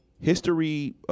History